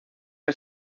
que